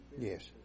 Yes